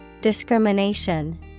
Discrimination